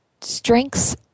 Strengths